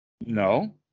No